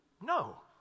No